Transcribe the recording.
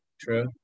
True